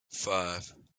five